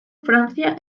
francia